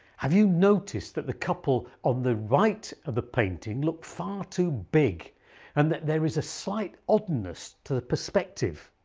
have you noticed that the couple on the right of the painting look far too big and that there is a slight oddness to the perspective?